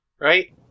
right